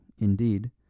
indeed